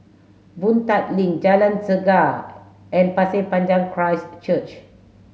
Boon Tat Link Jalan Chegar and Pasir Panjang Christ Church